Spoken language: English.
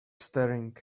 staring